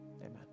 Amen